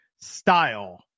style